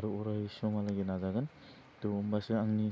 आरो अराय समहालागै नाजागोन थह होमबासो आंनि